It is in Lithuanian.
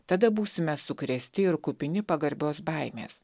tada būsime sukrėsti ir kupini pagarbios baimės